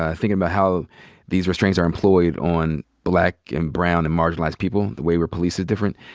ah thinking about how these restraints are employed on black and brown and marginalized people, the way we're policed different,